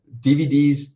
DVDs